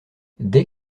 dès